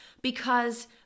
because-